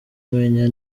umenya